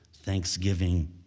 thanksgiving